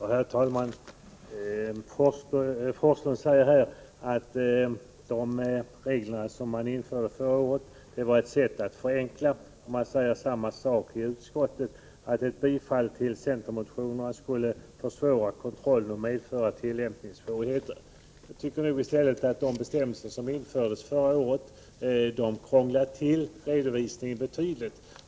Herr talman! Bo Forslund säger att de regler som infördes förra året var till för att förenkla. Samma sak sägs också i utskottsbetänkandet. Ett bifall till centermotionerna, heter det, skulle försvåra kontrollen och medföra tillämp ningssvårigheter. Jag tycker i stället att de bestämmelser som infördes förra — Nr 114 året krånglade till redovisningen betydligt.